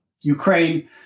Ukraine